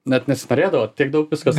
net nesinorėdavo tiek daug viskas